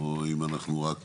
או האם אנחנו רק,